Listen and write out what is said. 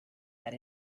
had